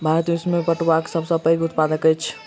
भारत विश्व में पटुआक सब सॅ पैघ उत्पादक अछि